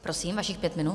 Prosím, vašich pět minut.